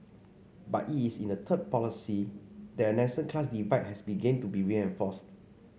but it is in the third policy that a nascent class divide has begun to be reinforced